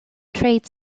trade